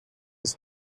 his